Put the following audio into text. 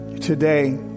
today